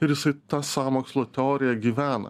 ir jisai tą sąmokslo teoriją gyvena